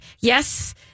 yes